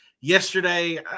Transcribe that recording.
Yesterday